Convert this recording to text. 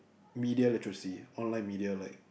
media literacy online media like